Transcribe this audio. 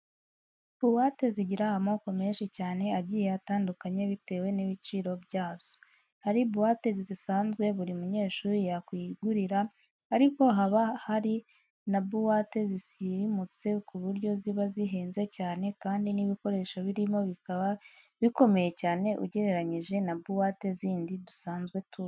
Buwate zigira amoko menshi cyane agiye atandukanye bitewe n'ibiciro byazo. Hari buwate zisanzwe buri munyeshuri yakwigurira ariko haba hari na buwate zisirimutse ku buryo ziba zihenze cyane kandi n'ibikoresho birimo bikaba bikomeye cyane ugereranyije na buwate zindi dusanzwe tuzi.